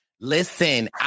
Listen